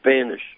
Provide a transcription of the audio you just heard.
Spanish